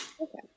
okay